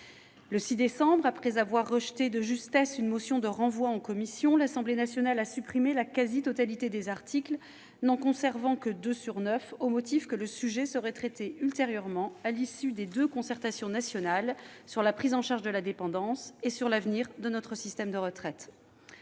Le 6 décembre, après avoir rejeté de justesse une motion de renvoi en commission, l'Assemblée nationale a supprimé la quasi-totalité des articles, n'en conservant que deux sur neuf au motif que le sujet serait traité ultérieurement, à l'issue des deux concertations nationales sur la prise en charge de la dépendance et sur l'avenir de notre système de retraite.